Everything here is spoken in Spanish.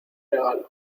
regalo